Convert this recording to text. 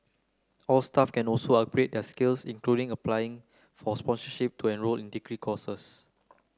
all staff can also upgrade their skills including applying for sponsorship to enrol in degree courses